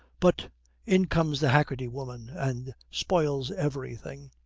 but in comes the haggerty woman, and spoils everything.